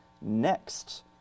next